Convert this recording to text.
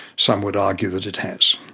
some would argue that it has.